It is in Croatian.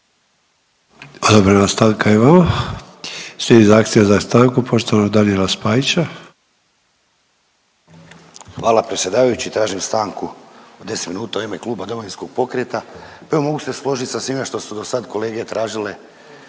Odobrena stanka je i vama. Slijedi zahtjev za stanku poštovanog Daniela Spajića. **Spajić, Daniel (DP)** Hvala predsjedavajući. Tražim stanku od 10 minuta u ime kluba Domovinskog pokreta. Pa evo mogu se složit sa svime što su do sad kolege tražile